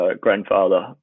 grandfather